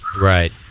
Right